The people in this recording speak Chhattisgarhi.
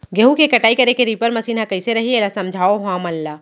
गेहूँ के कटाई करे बर रीपर मशीन ह कइसे रही, एला समझाओ हमन ल?